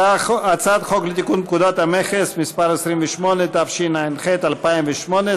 הצעת חוק לתיקון פקודת המכס (מס' 28), תשע"ח 2018,